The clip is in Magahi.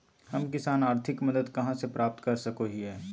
हम किसान आर्थिक मदत कहा से प्राप्त कर सको हियय?